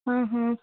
ఆహా